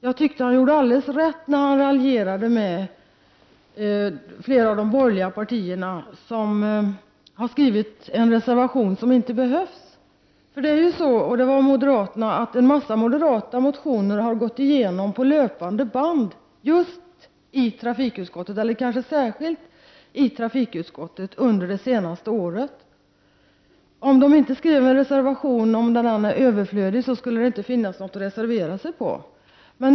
Jag tyckte att han gjorde alldeles rätt när han raljerade med det borgerliga partiet som har skrivit en reservation som inte behövs. Det gäller moderaterna. En mängd moderata reservationer har under de senaste åren gått igenom på löpande band, särskilt i trafikutskottet. Om det inte skrevs en reservation, överflödig eller inte, så skulle det inte finnas något att reservera sig emot.